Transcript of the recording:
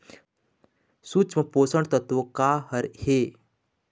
सूक्ष्म पोषक तत्व का हर हे?